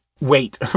wait